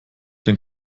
den